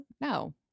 No